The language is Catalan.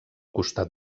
costat